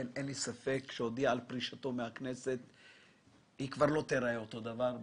אחרי שהוא הודיע על פרישתו לא תיראה אותו דבר.